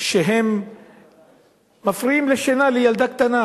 שהם מפריעים לשינה של ילדה קטנה.